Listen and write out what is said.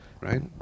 Right